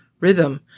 rhythm